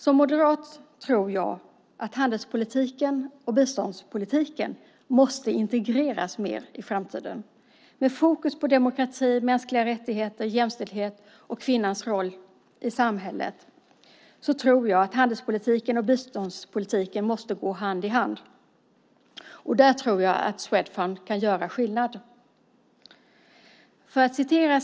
Som moderat tror jag att handelspolitiken och biståndspolitiken måste integreras än mer i framtiden med fokus på demokrati, mänskliga rättigheter, jämställdhet och kvinnans roll i samhället. Jag tror att handelspolitiken och biståndspolitiken måste gå hand i hand. Där tror jag att Swedfund kan göra skillnad.